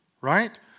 Right